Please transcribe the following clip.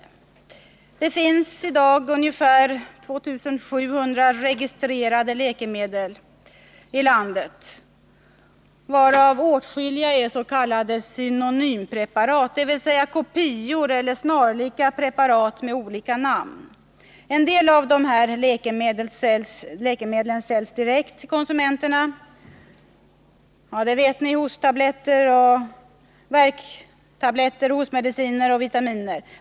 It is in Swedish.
I dag finns ca 2 700 registrerade läkemedel i Sverige, varav åtskilliga är s.k. synonympreparat, dvs. kopior eller snarlika preparat med olika namn. En del av dessa läkemedel säljs direkt till konsumenterna, t.ex. huvudvärkstabletter, hostmediciner och vitaminer.